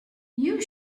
you